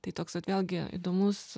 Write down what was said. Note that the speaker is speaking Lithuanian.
tai toks vėlgi įdomus